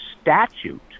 statute